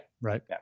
Right